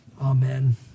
Amen